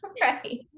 Right